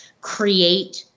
create